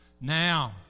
Now